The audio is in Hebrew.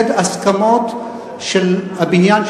זה הסכמות של הבניין,